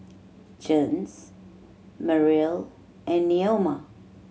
Jens Meryl and Neoma